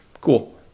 Cool